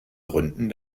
gründen